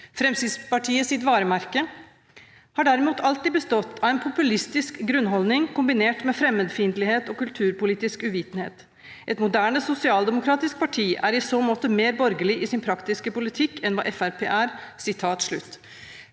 Fremskrittspartiets varemerke har derimot alltid bestått av en populistisk grunnholdning, kombinert med fremmedfiendtlighet og kulturpolitisk uvitenhet. Et moderne sosialdemokratisk parti er i så måte mer borgerlig i sin praktiske politikk enn hva